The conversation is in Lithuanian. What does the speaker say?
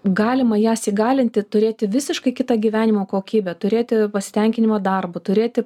galima jas įgalinti turėti visiškai kitą gyvenimo kokybę turėti pasitenkinimą darbu turėti